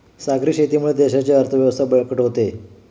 सागरी शेतीमुळे देशाची अर्थव्यवस्था बळकट होते